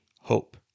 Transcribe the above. hope